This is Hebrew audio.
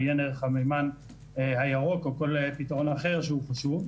עיין ערך המימן הירוק או כל פתרון אחר שהוא חשוב,